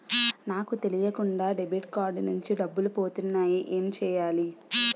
నాకు తెలియకుండా debit card నుంచి డబ్బులు పోతున్నాయి ఎం చెయ్యాలి?